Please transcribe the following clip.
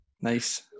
Nice